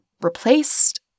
replaced